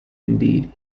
indeed